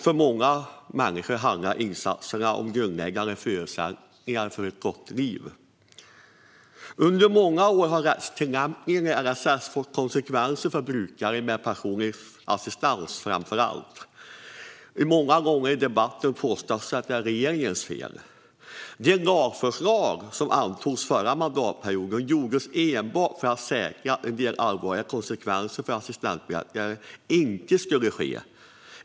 För många människor handlar insatserna om grundläggande förutsättningar för ett gott liv. Under många år har rättstillämpningen i LSS fått konsekvenser framför allt för brukare med personlig assistans. I debatten påstås det många gånger att det är regeringens fel. De lagförslag som antogs under den förra mandatperioden syftade enbart till att säkra att en del allvarliga konsekvenser för assistansberättigade inte ska uppstå.